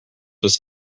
was